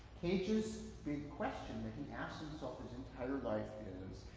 cage's big question that he asked himself his entire life is,